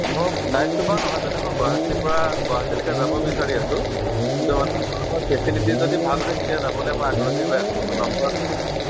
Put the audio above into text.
ধৰক night super নহয় দাদা মই গুৱাহাটীৰপৰা গুৱাহাটীলৈকে যাব বিচাৰি আছোঁ কিন্তু মানে আপোনালোকৰ ফেচিলিটি যদি ভাল হয় তেতিয়া যাবলৈ মই আগ্ৰহী হৈ আছোঁ মোক নম্বৰ এটা দিছে